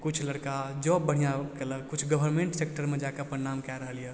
किछु लड़का जॉब बढ़िऑं केलक किछु गवर्नमेन्ट सेक्टरमे जा कऽ अपन नाम कए रहल यऽ